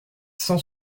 cent